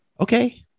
Okay